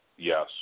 Yes